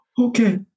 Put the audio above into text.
okay